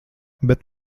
bet